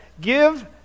Give